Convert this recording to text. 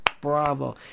bravo